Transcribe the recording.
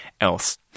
else